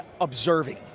observing